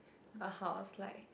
a house like